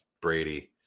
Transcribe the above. Brady